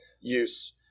use